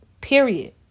period